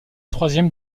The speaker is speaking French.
troisième